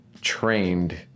trained